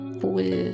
full